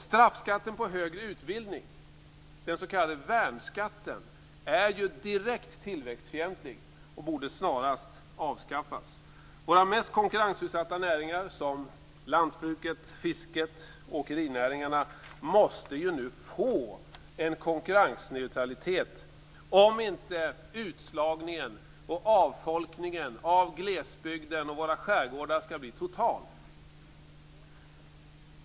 Straffskatten på högre utbildning, den s.k. värnskatten, är ju direkt tillväxtfientlig och borde snarast avskaffas. Våra mest konkurrensutsatta näringar, som lantbruket, fisket och åkerinäringen, måste nu få en konkurrensneutralitet om inte utslagningen och avfolkningen av glesbygden och av våra skärgårdar skall bli total.